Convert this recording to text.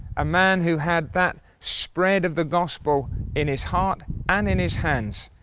a man who had that spread of the gospel in his heart and in his hands.